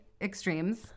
extremes